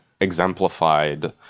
exemplified